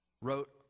wrote